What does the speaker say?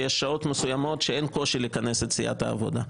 שיש שעות מסוימות שאין קושי לכנס את סיעת העבודה.